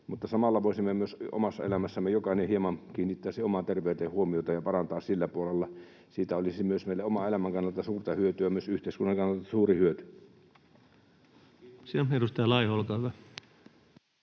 samalla voisimme myös omassa elämässämme jokainen hieman kiinnittää omaan terveyteen huomiota ja parantaa sillä puolella. Siitä olisi myös meille oman elämän kannalta suurta hyötyä ja myös yhteiskunnan kannalta suuri hyöty. Kiitoksia. — Edustaja Laiho, olkaa hyvä.